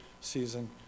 season